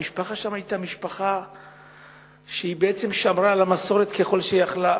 והמשפחה שם היתה משפחה שבעצם שמרה על המסורת ככל שיכלה,